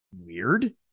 weird